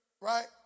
right